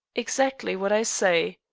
exactly what i say.